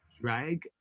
drag